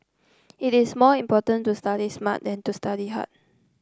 it is more important to study smart than to study hard